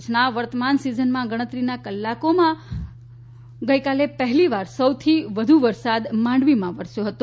કચ્છમાં વર્તમાન સીઝનમાં ગણતરીના કલાકોમાં આજે પહેલીવાર સૌથી વધુ વરસાદ માંડવીમાં વરસ્યો છે